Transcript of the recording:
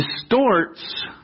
distorts